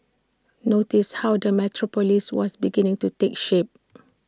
notice how the metropolis was beginning to take shape